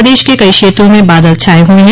प्रदेश के कई क्षेत्रों में बादल छाये हुए है